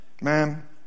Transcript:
ma'am